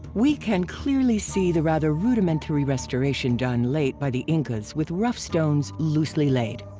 we can clearly see the rather rudimentary restoration done late by the incas with rough stones loosely laid.